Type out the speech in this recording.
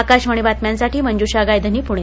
आकाशवाणी बातम्यांसाठी मंजूषा गायधनी पूणे